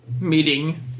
meeting